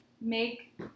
make